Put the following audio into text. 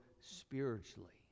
spiritually